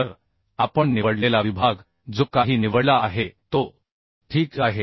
तर आपण निवडलेला विभाग जो काही निवडला आहे तो ठीक आहे